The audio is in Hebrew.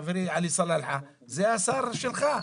חברי, עלי סלאלחה, זה השר שלך.